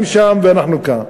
הם שם ואנחנו כאן.